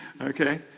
Okay